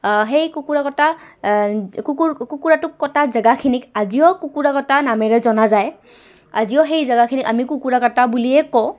সেই কুকুৰা কটা কুকুৰ কুকুৰাটোক কটা জেগাখিনিক আজিও কুকুৰা কটা নামেৰে জনা যায় আজিও সেই জেগাখিনিক আমি কুকুৰা কটা বুলিয়ে কওঁ